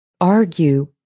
argue